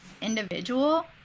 individual